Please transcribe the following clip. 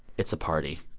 it's a party.